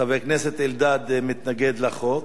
חבר הכנסת אלדד מתנגד לחוק.